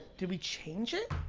did we change it?